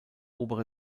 obere